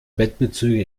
bettbezüge